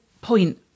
point